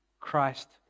christ